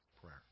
prayer